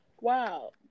wow